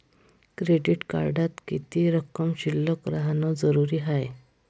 Credit कार्डात किती रक्कम शिल्लक राहानं जरुरी हाय?